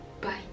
Bye